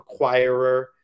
acquirer